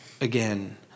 again